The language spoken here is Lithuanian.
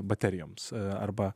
baterijoms arba